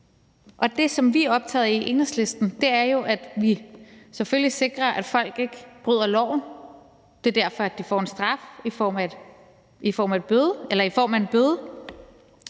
Det, som vi i Enhedslisten er optaget af, er selvfølgelig, at vi sikrer, at folk ikke bryder loven, og det er derfor, at de får en straf i form af en bøde.